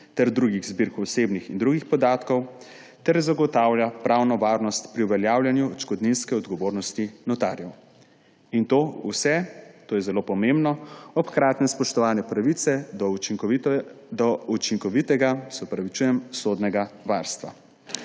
ter drugih zbirk osebnih in drugih podatkov ter zagotavlja pravno varnost pri uveljavljanju odškodninske odgovornosti notarjev. In vse to, to je zelo pomembno, ob hkratnem spoštovanju pravice do učinkovitega sodnega varstva.